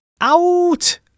out